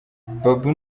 babo